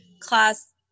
class